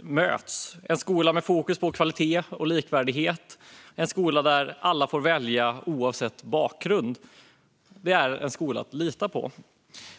möts. Vi ska ha en skola med fokus på kvalitet och likvärdighet och en skola där alla får välja, oavsett bakgrund. Det är en skola att lita på.